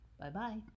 Bye-bye